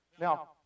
Now